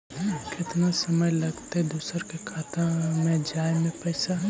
केतना समय लगतैय दुसर के खाता में जाय में पैसा?